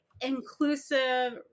inclusive